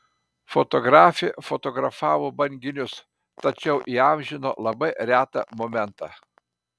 fotografė fotografavo banginius tačiau įamžino labai retą momentą